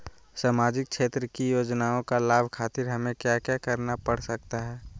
सामाजिक क्षेत्र की योजनाओं का लाभ खातिर हमें क्या क्या करना पड़ सकता है?